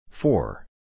Four